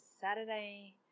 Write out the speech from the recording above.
Saturday